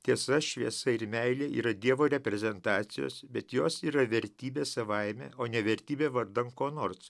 tiesa šviesa ir meilė yra dievo reprezentacijos bet jos yra vertybė savaime o ne vertybė vardan ko nors